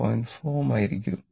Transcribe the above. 5 Ω ആയിരിക്കും